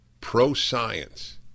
pro-science